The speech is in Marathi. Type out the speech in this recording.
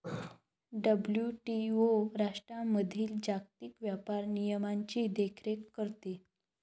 डब्ल्यू.टी.ओ राष्ट्रांमधील जागतिक व्यापार नियमांची देखरेख करते